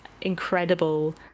incredible